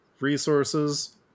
Resources